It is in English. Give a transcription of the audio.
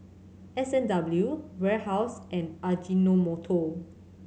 S and W Warehouse and Ajinomoto